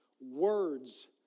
Words